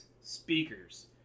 speakers